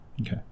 Okay